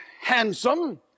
handsome